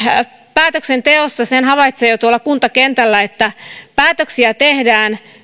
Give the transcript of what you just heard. päätöksenteossa sen havaitsee jo tuolla kuntakentällä että päätöksiä tehdään